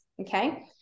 okay